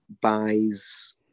buys